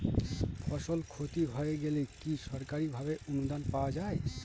ফসল ক্ষতি হয়ে গেলে কি সরকারি ভাবে অনুদান পাওয়া য়ায়?